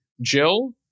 Jill